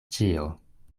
ĉio